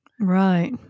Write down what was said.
Right